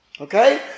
Okay